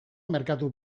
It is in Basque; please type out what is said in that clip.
merkatu